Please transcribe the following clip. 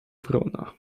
wrona